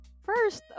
First